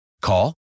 Call